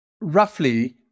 Roughly